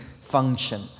function